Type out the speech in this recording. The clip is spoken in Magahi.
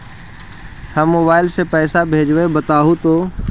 हम मोबाईल से पईसा भेजबई बताहु तो?